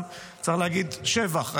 צריך להגיד שבח,